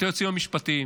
את היועצים המשפטיים.